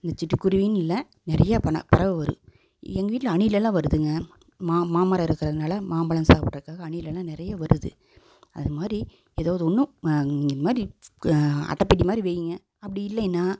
இந்த சிட்டு குருவினு இல்லை நிறைய பறவை வரும் எங்கள் வீட்டில் அணிலலாம் வருதுங்க மா மாமரம் இருக்குகிறதுனால மாம்பழம் சாப்புடுறக்காக அணிலலாம் நிறைய வருது அது மாதிரி எதாவது ஒன்னு இந்த மாதிரி அட்டைப்பெட்டி மாதிரி வைங்க அப்படி இல்லைனா